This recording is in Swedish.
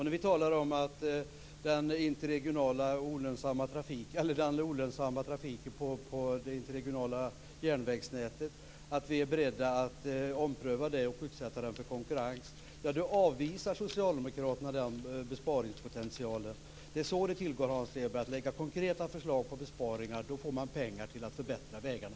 När vi talar om att vi vill ompröva och konkurrensutsätta den olönsamma trafiken på det interregionala järnvägsnätet avvisar socialdemokraterna den besparingspotentialen. Det är så det tillgår, Hans Stenberg. Lägger man fram konkreta förslag på besparingar får man pengar till att förbättra vägarna.